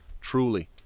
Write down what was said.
truly